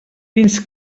fins